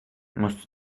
musst